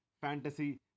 fantasy